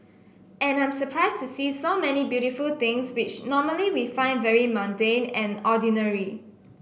and I'm surprised to see so many beautiful things which normally we find very mundane and ordinary